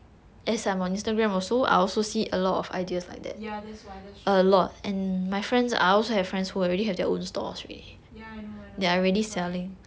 ya that's why that's true ya I know I know that's why